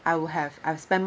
I would have I've spend